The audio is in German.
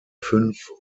fünf